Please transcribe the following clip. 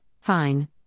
fine